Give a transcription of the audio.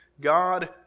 God